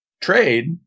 trade